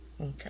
Okay